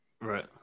Right